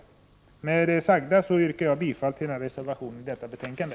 Med det sagda yrkar jag bifall till den reservation som fogats till detta betänkande.